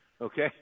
okay